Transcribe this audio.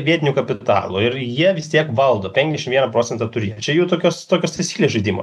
vietiniu kapitalu ir jie vis tiek valdo penkiasdešim vieną procentą turi jie čia jų tokios tokios taisyklės žaidimo